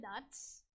nuts